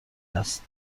است